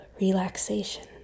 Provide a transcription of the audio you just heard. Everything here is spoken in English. relaxation